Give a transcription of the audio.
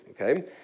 Okay